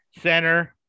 center